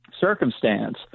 circumstance